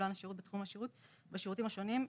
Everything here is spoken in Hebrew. קבלן השירות בתחום השירות בשירותים השונים,